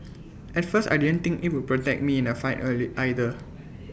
at first I didn't think IT would protect me in A fight early either